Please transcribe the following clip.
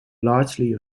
largely